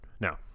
now